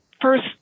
first